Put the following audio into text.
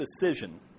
decision